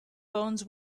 bones